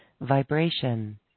vibration